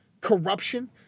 corruption